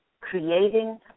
creating